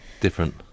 different